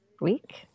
week